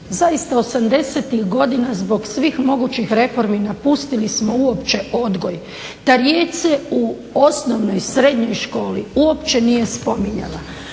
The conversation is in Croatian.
zaista 80-ih godina zbog svih mogućih reformi napustili smo uopće odgoj, ta riječ se u osnovnoj, srednjoj školi uopće nije spominjala,